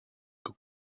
que